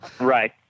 Right